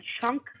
chunk